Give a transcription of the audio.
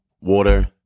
Water